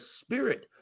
spirit